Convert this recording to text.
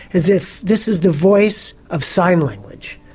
as if this is the voice of sign language.